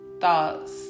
thoughts